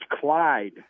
Clyde